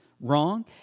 wrong